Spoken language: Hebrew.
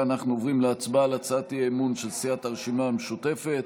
אנחנו עוברים להצבעה על הצעת האי-אמון של סיעת הרשימה המשותפת,